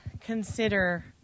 consider